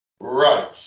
Right